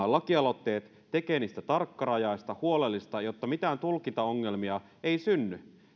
lakialoitteet tekee niistä tarkkarajaisia huolellisia jotta mitään tulkintaongelmia ei synny